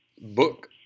book